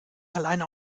alleine